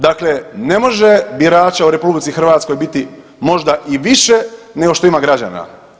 Dakle, ne može birača u RH biti možda i više nego što ima građana.